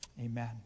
Amen